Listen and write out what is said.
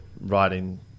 writing